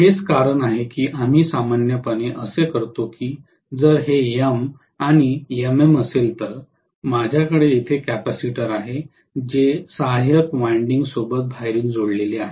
हेच कारण आहे की आम्ही सामान्यपणे असे करतो की जर हे M आणि MM असेल तर माझ्याकडे येथे कॅपेसिटर आहे जे सहाय्यक वायंडिंग सोबत बाहेरून जोडलेले आहे